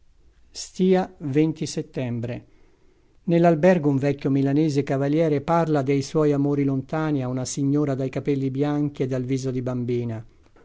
a tia ettembre ell albergo un vecchio milanese cavaliere parla dei suoi amori lontani a una signora dai capelli bianchi e dal viso di bambina